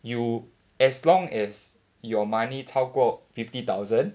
you as long as your money 超过 fifty thousand